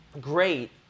great